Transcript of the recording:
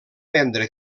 vendre